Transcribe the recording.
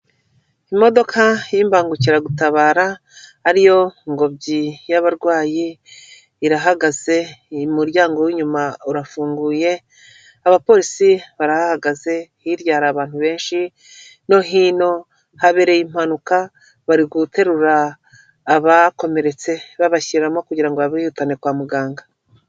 Imodoka y'imbangukiragutabara ariyo ngobyi y'abarwayi irahagaze, umuryango w'inyuma urafunguye abapolisi barahahagaze, hirya hari abantu benshi no hino, habereye impanuka bari guterura abakomeretse babashyiramo kugirango ngo babihutane kwa muganga.